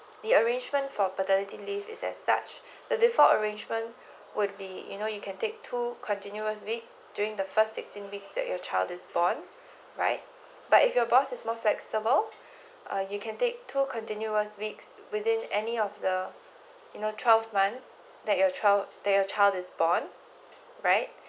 the arrangement for paternity leave is that start the default arrangement would be you know you can take two continuous week during the first sixteen weeks that your child is born right but if your boss is more flexible uh you can take two continuous week within that any of the you know twelve month that your child that your child is born right